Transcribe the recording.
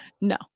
No